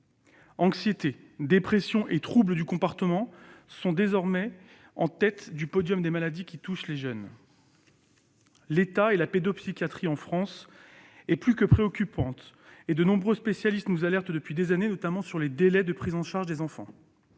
Anxiété, dépression et troubles du comportement sont désormais en tête du podium des maladies qui touchent les jeunes. L'état de la pédopsychiatrie en France est plus que préoccupant, et de nombreux spécialistes nous alertent depuis des années, notamment sur les délais de prise en charge des enfants.